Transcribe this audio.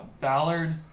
Ballard